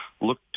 look